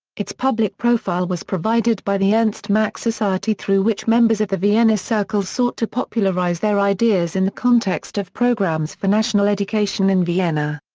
its public profile was provided by the ernst mach society through which members of the vienna circle sought to popularize their ideas in the context of programmes for national education in vienna.